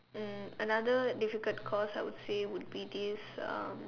um another difficult course I would say would be this um